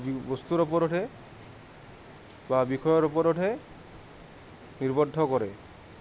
বস্তুৰ ওপৰতহে বা বিষয়ৰ ওপৰতহে নিবদ্ধ কৰে